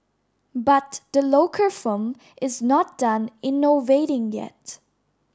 but the local firm is not done innovating yet